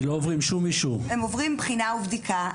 הם עוברים בחינה ובדיקה.